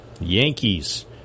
Yankees